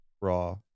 raw